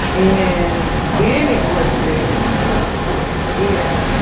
and then it was red. oh. no. yeah.